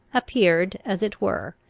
appeared, as it were,